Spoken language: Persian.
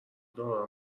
دارا